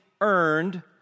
earned